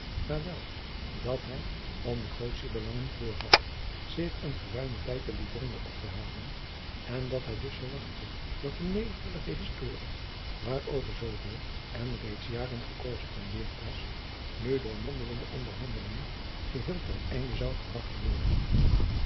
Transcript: maar wel dat hij om negotie belangen voorhad zich een geruimen tijd te livorno op te houden en dat hij dus verwachtte dat de netelige historie waarover zooveel en reeds jaren gekorrespondeerd was nu door mondelinge onderhandelingen geheel ten einde zou gebragt worden